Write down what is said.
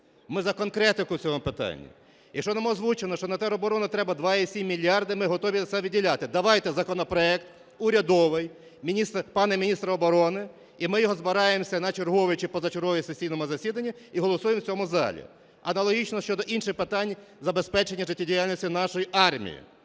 ми за конкретику в цьому питанні. Якщо нам озвучено, що на тероборони треба 2,7 мільярда, ми готові на це виділяти. Давайте законопроект урядовий, пане міністр оборони, і ми збираємося на чергове чи позачергове сесійне засідання, і голосуємо в цьому залі. Аналогічно щодо інших питань забезпечення життєдіяльності нашої армії.